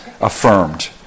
affirmed